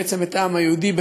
ובעצם את העם היהודי,